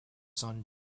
son